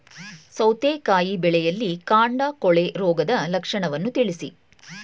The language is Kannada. ಸೌತೆಕಾಯಿ ಬೆಳೆಯಲ್ಲಿ ಕಾಂಡ ಕೊಳೆ ರೋಗದ ಲಕ್ಷಣವನ್ನು ತಿಳಿಸಿ?